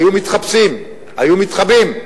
היו מתחפשים, היו מתחבאים.